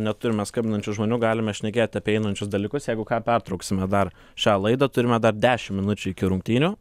neturime skambinančių žmonių galime šnekėt apie einančius dalykus jeigu ką pertrauksime dar šią laidą turime dar dešim minučių iki rungtynių